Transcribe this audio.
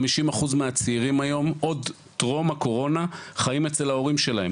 חמישים אחוז מהצעירים היום עוד טרום הקורונה חיים אצל ההורים שלהם.